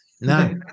No